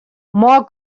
more